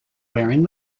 wearing